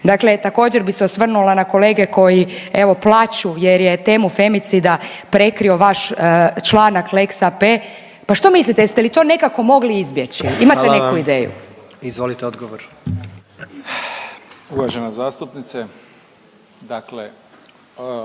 Dakle također bi se osvrnula na kolege koji evo plaču jer je temu femicida prekrio vaš članak lex-a AP, pa što mislite jeste li to nekako mogli izbjeći, …/Upadica predsjednik: Hvala vam./…imate neku ideju?